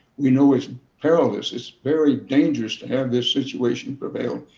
we know it's perilous. it's very dangerous to have this situation prevail.